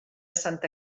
santa